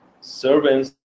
servants